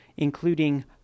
including